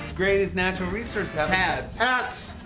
greatest natural resources hats. hats.